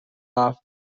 off